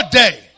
day